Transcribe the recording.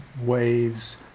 waves